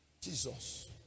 Jesus